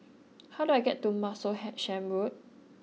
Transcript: how do I get to Martlesham Road